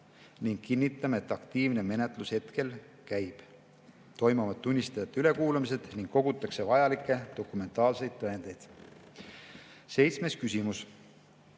ning kinnitame, et aktiivne menetlus hetkel käib. Toimuvad tunnistajate ülekuulamised ning kogutakse vajalikke dokumentaalseid tõendeid. Seitsmes küsimus: